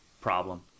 problem